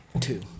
Two